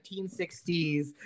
1960s